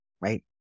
right